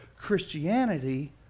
Christianity